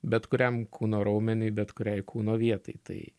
bet kuriam kūno raumeniui bet kuriai kūno vietai tai